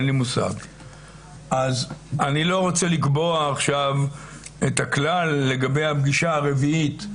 אני לא רוצה לקבוע עכשיו את הכלל לגבי הפגישה הרביעית.